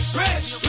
rich